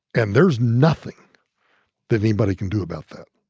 and there's nothing that anybody can do about that.